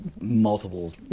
multiple